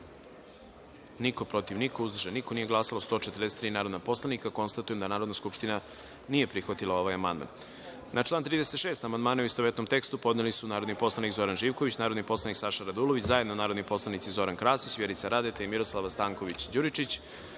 niko, protiv – niko, uzdržanih – nema, nisu glasala 143 narodna poslanika. Konstatujem da Narodna skupština nije prihvatila ovaj amandman. Na član 41. amandmane, u istovetnom tekstu, podneli su narodni poslanik Zoran Živković, narodni poslanik Saša Radulović, zajedno narodni poslanici Zoran Krasić, Vjerica Radeta i Božidar Delić,